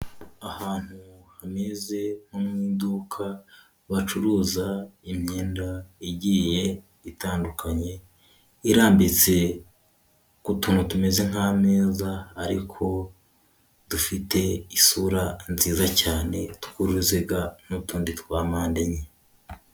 Ahantu hameze nko mu iduka bacuruza imyenda igiye itandukanye, irambitse ku tuntu tumeze nk'ameza, ariko dufite isura nziza cyane, tw'uruziga n'utundi twa mpande enye.